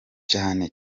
cyane